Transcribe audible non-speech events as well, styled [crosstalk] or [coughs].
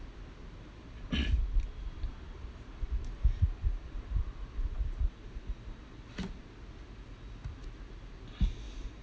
[coughs] [breath]